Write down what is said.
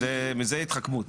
זו התחכמות.